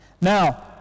Now